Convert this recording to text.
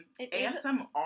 ASMR